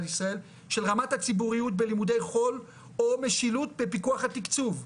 ישראל של רמת הציבוריות בלימודי חול או משילות בפיקוח התקצוב,